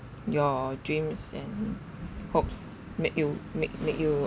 your dreams and hopes make you make make you